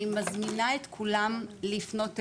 אני מזמינה לפנות את כולם לפנות אלינו,